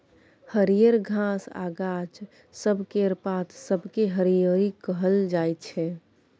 हरियर घास आ गाछ सब केर पात सबकेँ हरियरी कहल जाइ छै